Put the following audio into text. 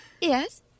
Yes